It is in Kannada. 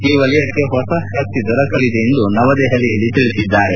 ಆ ವಲಯಕ್ಕೆ ಹೊಸ ಶಕ್ತಿ ದೊರಕಲಿದೆ ಎಂದು ನವದೆಹಲಿಯಲ್ಲಿ ತಿಳಿಸಿದ್ದಾರೆ